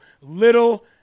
Little